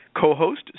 co-host